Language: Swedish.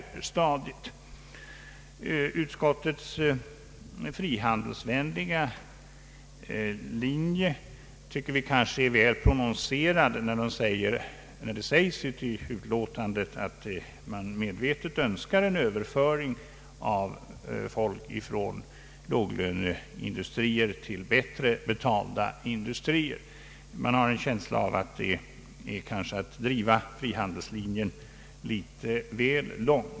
Vi tycker att utskottets frihandelsvänliga linje kanske är väl prononcerad när det sägs i utlåtandet att man medvetet önskar en överföring av folk från låglöneindustrier till bättre betalande industrier. Man har en känsla av att detta är att driva frihandelslinjen litet väl långt.